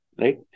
Right